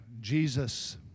Jesus